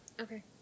okay